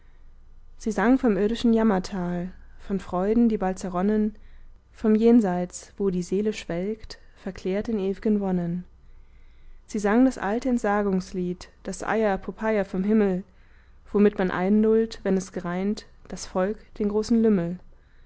sie sang vom irdischen jammertal von freuden die bald zerronnen vom jenseits wo die seele schwelgt verklärt in ew'gen wonnen sie sang das alte entsagungslied das eiapopeia vom himmel womit man einlullt wenn es greint das volk den großen lümmel